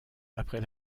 après